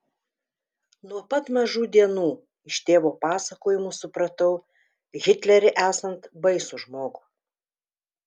nuo pat mažų dienų iš tėvo pasakojimų supratau hitlerį esant baisų žmogų